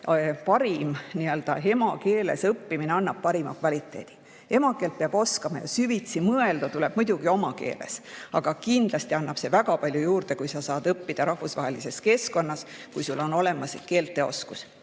ütleb, et emakeeles õppimine annab parima kvaliteedi. Emakeelt peab oskama ja süvitsi mõelda tuleb muidugi oma keeles, aga kindlasti annab see väga palju juurde, kui sa saad õppida rahvusvahelises keskkonnas, kui sul on olemas keelteoskus.